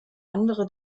andere